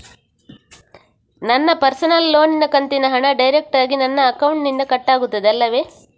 ನನ್ನ ಪರ್ಸನಲ್ ಲೋನಿನ ಕಂತಿನ ಹಣ ಡೈರೆಕ್ಟಾಗಿ ನನ್ನ ಅಕೌಂಟಿನಿಂದ ಕಟ್ಟಾಗುತ್ತದೆ ಅಲ್ಲವೆ?